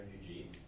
refugees